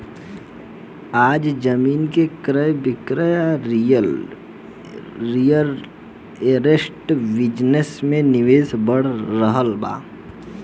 आज जमीन के क्रय विक्रय आ रियल एस्टेट बिजनेस में निवेश बढ़ रहल बा